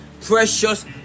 precious